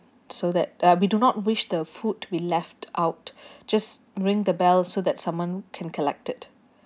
so that uh we do not wish the food to be left out just ring the bell so that someone can collect it